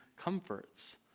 comforts